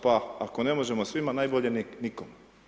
Pa ako ne možemo svima, najbolje nikom.